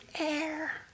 air